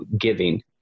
giving